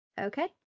okay